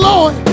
Lord